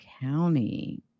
County